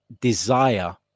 desire